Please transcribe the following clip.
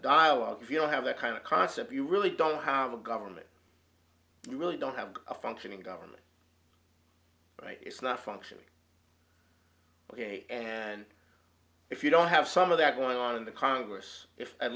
dialogue if you don't have the kind of concept you really don't have a government you really don't have a functioning government right it's not functioning well and if you don't have some of that going on in the congress if at